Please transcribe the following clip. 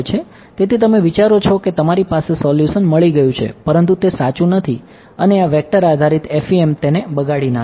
તેથી તમે વિચારો છો કે તમારી પાસે સોલ્યુશન મળી ગયું છે પરંતુ તે સાચું નથી અને આ વેક્ટર આધારિત FEM તેને બગાડી નાખે છે